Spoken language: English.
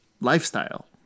lifestyle